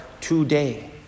Today